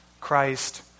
Christ